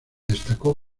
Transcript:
destacó